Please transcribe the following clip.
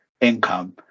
income